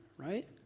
Right